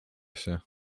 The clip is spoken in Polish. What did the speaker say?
się